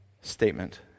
statement